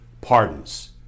pardons